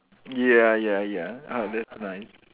ya ya ya ah that's nice